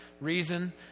reason